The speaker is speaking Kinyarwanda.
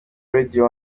radio